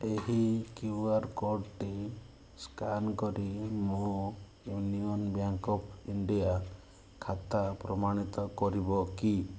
ଏହି Q R କୋଡ୍ଟି scan କରି ମୋ ୟୁନିଅନ୍ ବ୍ୟାଙ୍କ୍ ଅଫ୍ ଇଣ୍ଡିଆ ଖାତା ପ୍ରମାଣିତ କରିବ କି